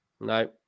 No